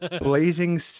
blazing